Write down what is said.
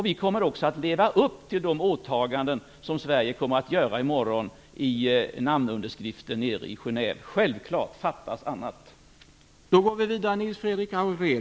Vi kommer också att leva upp till de åtaganden som Sverige med sin namnunderskrift i morgon kommer att göra nere i Genève. Det är självklart - fattas bara annat!